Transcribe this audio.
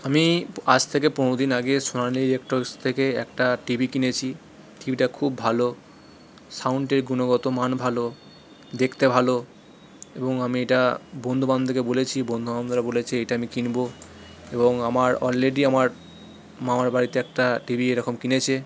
আমি আজ থেকে পনেরো দিন আগে সোনালী ইলেকট্রনিক্স থেকে একটা টিভি কিনেছি টিভিটা খুব ভালো সাউন্ডের গুণগত মান ভালো দেখতে ভালো এবং আমি এটা বন্ধু বান্ধবদেরকে বলেছি বন্ধু বান্ধরা বলেছে এটা আমি কিনবো এবং আমার অলরেডি আমার মামার বাড়িতে একটা টিভি এরকম কিনেছে